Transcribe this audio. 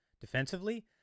defensively